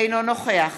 אינו נוכח